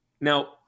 now